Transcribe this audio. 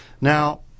Now